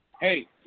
hey